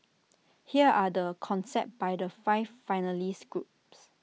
here are the concepts by the five finalist groups